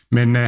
Men